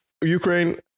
Ukraine